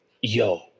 yo